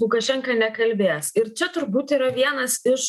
lukašenka nekalbės ir čia turbūt yra vienas iš